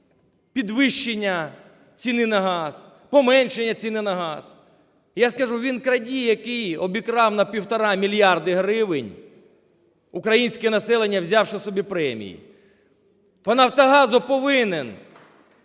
підвищення ціни на газ, поменшання ціни на газ? Я скажу: він крадій, якій обікрав на 1,5 мільярда гривень українське населення, взявши собі премії. По "Нафтогазу" повинен